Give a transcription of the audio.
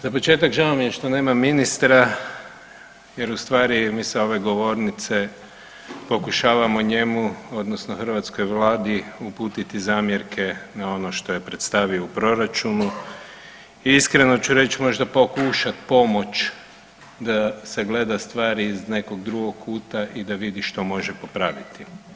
Za početak žao mi je što nema ministra jer u stvari mi sa ove govornice pokušavamo njemu odnosno Hrvatskoj Vladi uputiti zamjerke na ono što je predstavio u proračunu i iskreno ću reć možda pokušat pomoć da sagleda stvari iz nekog drugog kuta i da vidi što može popraviti.